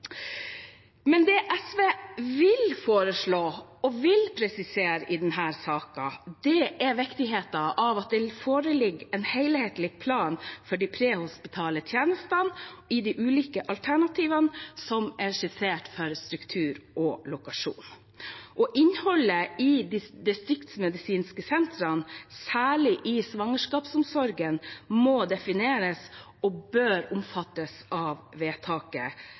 Men det SV vil foreslå, og vil presisere i denne saken, er viktigheten av at det foreligger en helhetlig plan for de prehospitale tjenestene i de ulike alternativene som er skissert for struktur og lokasjon. Og innholdet i de distriktsmedisinske sentrene, særlig i svangerskapsomsorgen, må defineres og bør omfattes av vedtaket